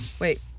Wait